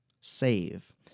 Save